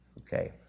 Okay